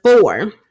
four